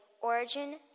origin